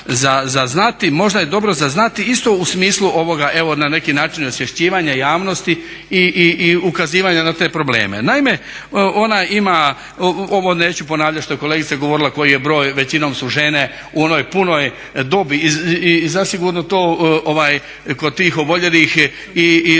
za znati. Možda je dobro za znati isto u smislu ovoga evo na neki način osvješćivanja javnosti i ukazivanja na te probleme. Naime ona ima, ovo neću ponavljat što je kolegica govorila koji je broj, većinom su žene u onoj punoj dobi i zasigurno to kod oboljelih i određene